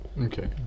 Okay